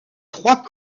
trois